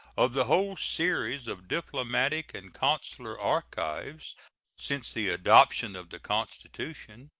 of the whole series of diplomatic and consular archives since the adoption of the constitution,